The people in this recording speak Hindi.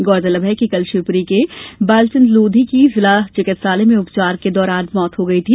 गौरतलब है कि कल शिवपुरी के बालचंद लोधी की जिला चिकित्सालय में उपचार के दौरान मौत हो गई थी